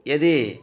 यदि